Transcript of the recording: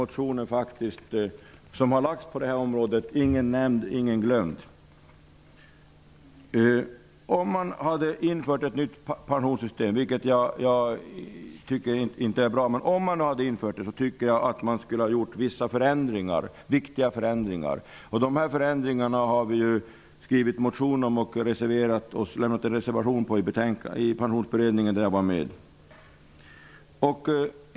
Motioner har väckts på detta område. Ingen nämnd och ingen glömd. Om man vill införa ett nytt pensionssystem -- vilket jag alltså inte tycker vore bra -- borde man ha gjort vissa viktiga förändringar. Dessa förändringar har vi skrivit motioner om och reserverat oss för i Pensionsarbetsgruppen, där jag satt med.